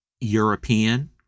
European